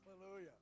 Hallelujah